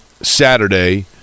Saturday